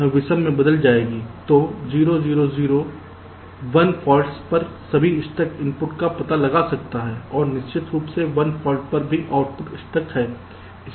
तो 0 0 0 1 फाल्ट पर सभी स्टक इनपुट का पता लगा सकता है और निश्चित रूप से 1 फाल्ट पर भी आउटपुट स्टक है